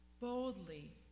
boldly